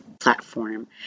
platform